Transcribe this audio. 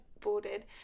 boarded